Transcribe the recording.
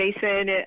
Jason